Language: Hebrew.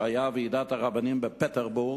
שאז היתה ועידת הרבנים בפטרבורג,